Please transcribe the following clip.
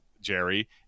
Jerry